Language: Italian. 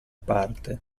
parte